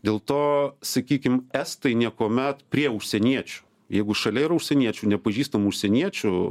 dėl to sakykim estai niekuomet prie užsieniečių jeigu šalia yra užsieniečių nepažįstamų užsieniečių